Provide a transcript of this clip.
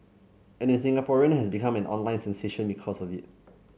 and the Singaporean has become an online sensation because of it